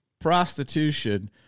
prostitution